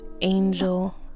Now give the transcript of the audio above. angel